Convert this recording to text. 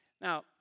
Now